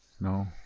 no